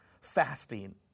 fasting